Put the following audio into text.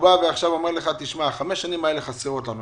עכשיו הוא אומר לך שה-5 שנים האלו חסרות להם.